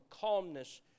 calmness